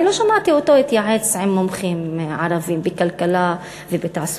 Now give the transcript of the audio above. לא שמעתי שהוא מתייעץ עם מומחים ערבים בכלכלה ובתעסוקה.